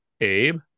Abe